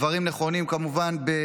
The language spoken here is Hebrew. כמובן שהדברים נכונים בשגרה,